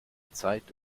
zeit